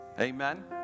Amen